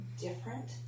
different